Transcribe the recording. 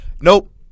Nope